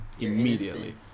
immediately